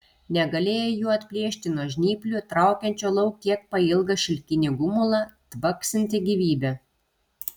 negalėjo jų atplėšti nuo žnyplių traukiančių lauk kiek pailgą šilkinį gumulą tvaksintį gyvybe